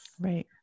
Right